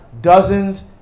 dozens